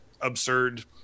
absurd